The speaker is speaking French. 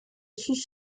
sous